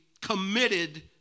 committed